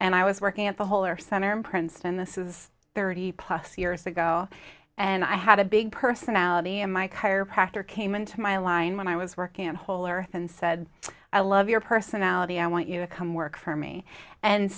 and i was working at the whole or center in princeton this is thirty plus years ago and i had a big analogy in my chiropractor came into my line when i was working at whole earth and said i love your personality i want you to come work for me and